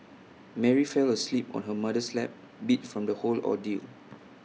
Mary fell asleep on her mother's lap beat from the whole ordeal